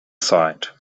site